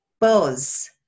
buzz